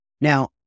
Now